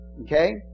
Okay